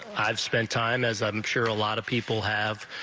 i've spent time as i'm sure a lot of people have,